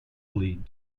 lead